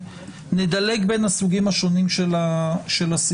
נדלג בין הסוגים השונים של הסעיפים,